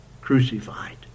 crucified